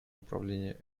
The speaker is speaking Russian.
управления